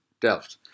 Delft